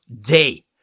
day